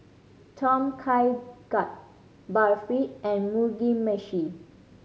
Tom Kha Gai Barfi and Mugi Meshi